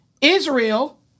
Israel